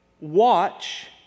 watch